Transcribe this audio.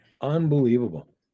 Unbelievable